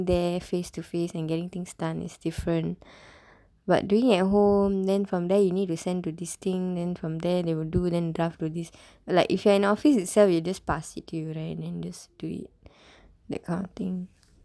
there face to face and getting things done is different but doing at home then from there you need to send to this thing then from there they will do then draft this like if you are in office itself you just pass it to you right and just do it that kind of thing